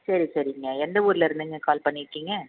சரி சரிங்க எந்த ஊரில் இருந்துங்க கால் பண்ணியிருக்கிங்க